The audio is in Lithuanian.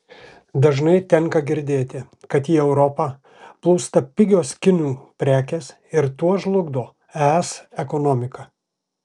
dažnai tenka girdėti kad į europą plūsta pigios kinų prekės ir tuo žlugdo es ekonomiką